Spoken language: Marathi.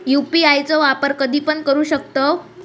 यू.पी.आय चो वापर कधीपण करू शकतव?